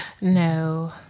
no